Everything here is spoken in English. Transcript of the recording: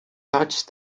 such